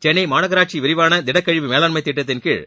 சென்னை மாநகராட்சி விரிவான திடக்கழிவு மேலான்மை திட்டத்தின் கீழ்